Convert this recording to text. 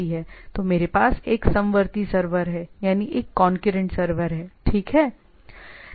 तो मेरे पास एक समवर्ती सर्वर है ठीक है